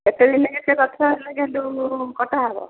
କେତେ ଦିନକେ ସେ ଗଛ ହେଲେ ଗେଣ୍ଡୁ କଟା ହେବ